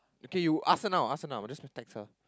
okay you ask her now ask her now just text her